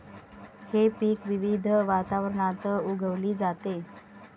हे पीक विविध वातावरणात उगवली जाते